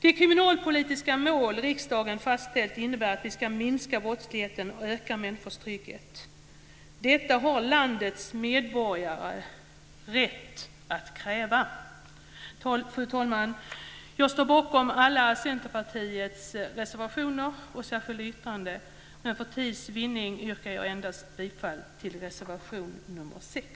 Det kriminalpolitiska mål som riksdagen fastställt innebär att vi ska minska brottsligheten och öka människors trygghet. Detta har landets medborgare rätt att kräva. Fru talman! Jag står bakom alla Centerpartiets reservationer och särskilda yttranden men för tids vinnande yrkar jag endast bifall till reservation 6.